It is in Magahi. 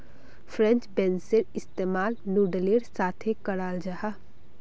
फ्रेंच बेंसेर इस्तेमाल नूडलेर साथे कराल जाहा